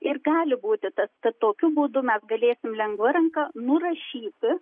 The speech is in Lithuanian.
ir gali būti tas kad tokiu būdu mes galėsim lengva ranka nurašyti